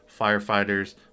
firefighters